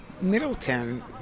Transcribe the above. Middleton